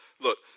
look